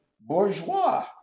bourgeois